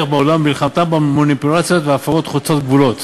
בעולם במלחמתם במניפולציות והפרות חוצות גבולות.